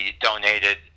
donated